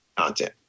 content